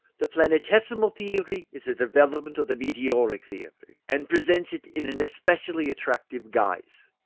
the planetismal theory is a development of the meteoritic theory, and presents it in an especially attractive guise.